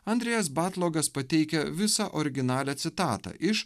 andrejus batlogas pateikia visą originalią citatą iš